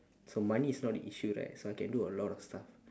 so money is not the issue right so I can do a lot of stuff